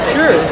Sure